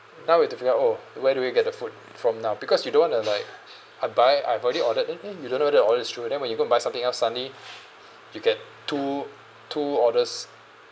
now we've to figure out oh where do we get the food from now because you don't want to like I buy I've already ordered then eh you don't know that your order is through then when you go and buy something else suddenly you get two two orders